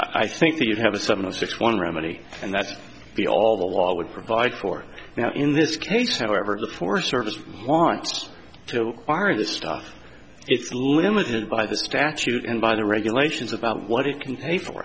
i think that you have a seven zero six one remedy and that the all the law would provide for now in this case however the forest service wants to wire the stuff it's limited by the statute and by the regulations about what it can pay for